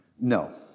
No